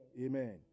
Amen